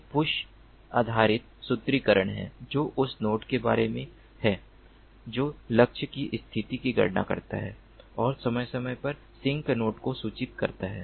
एक पुश आधारित सूत्रीकरण है जो उस नोड के बारे में है जो लक्ष्य की स्थिति की गणना करता है और समय समय पर सिंक नोड को सूचित करता है